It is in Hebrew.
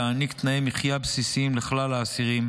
להעניק תנאי מחיה בסיסיים לכלל האסירים,